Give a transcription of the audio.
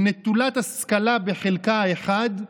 היא נטולת השכלה בחלקה האחד,